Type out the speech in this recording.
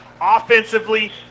offensively